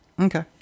Okay